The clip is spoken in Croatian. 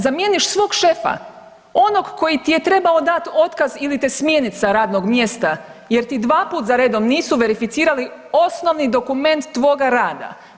Zamijeniš svog šefa, onog koji ti je trebao dati otkaz ili te smijeniti sa radnog mjesta, jer ti dvaput za redom nisu verificirali osnovni dokument tvoga rada.